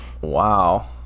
Wow